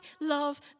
love